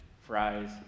fries